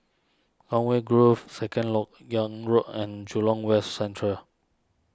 Conway Grove Second Lok Yang Road and Jurong West Central